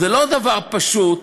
זה לא דבר פשוט,